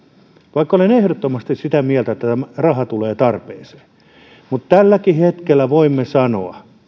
vaikka olen ehdottomasti sitä mieltä että tämä raha tulee tarpeeseen niin tälläkin hetkellä voimme sanoa